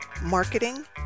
marketing